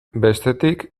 bestetik